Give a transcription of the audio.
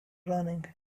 running